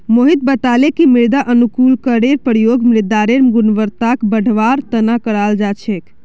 मोहित बताले कि मृदा अनुकूलककेर प्रयोग मृदारेर गुणवत्ताक बढ़वार तना कराल जा छेक